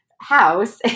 house